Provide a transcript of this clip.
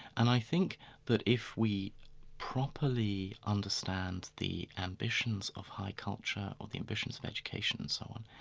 and i think that if we properly understand the ambitions of high culture or the ambitions of education and so on,